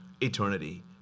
eternity